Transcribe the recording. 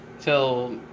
till